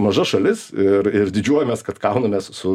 maža šalis ir ir didžiuojamės kad kaunamės su